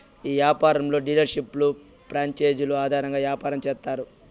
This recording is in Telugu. ఈ యాపారంలో డీలర్షిప్లు ప్రాంచేజీలు ఆధారంగా యాపారం చేత్తారు